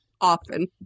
Often